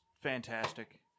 fantastic